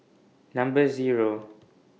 Number Zero